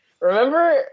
Remember-